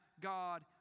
God